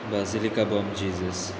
basilica bom jesus